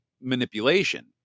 manipulation